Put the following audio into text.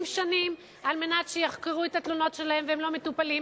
שנים שיחקרו את התלונות שלהם והם לא מטופלים?